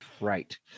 Right